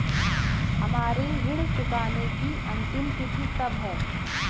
हमारी ऋण चुकाने की अंतिम तिथि कब है?